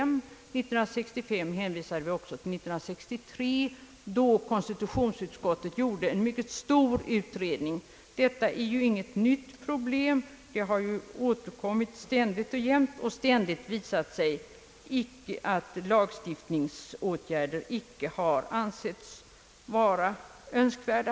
Men år 1965 hänvisade vi också till 1963, då konstitutionsutskottet gjorde en större utredning. Detta är inget nytt problem. Det har återkommit ständigt och jämt, och ständigt har det visat sig att lagstiftningsåtgärder icke har ansetts vara önskvärda.